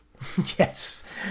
Yes